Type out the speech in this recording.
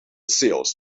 sales